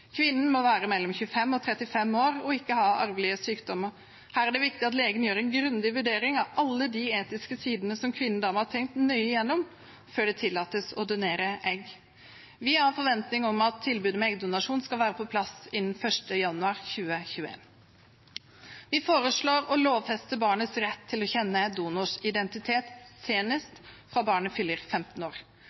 Kvinnen må være mellom 25 og 35 år og ikke ha arvelige sykdommer. Her er det viktig at legen gjør en grundig vurdering av alle de etiske sidene som kvinnen da må ha tenkt nøye igjennom, før det tillates å donere egg. Vi har forventning om at tilbudet om eggdonasjon skal være på plass innen 1. januar 2021. Vi foreslår å lovfeste barnets rett til å kjenne donors identitet senest fra barnet fyller 15 år.